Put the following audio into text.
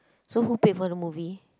so who paid for the movie